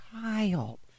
child